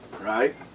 Right